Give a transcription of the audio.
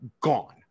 gone